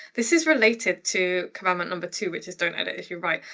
this is related to commandment number two which is don't edit as you write.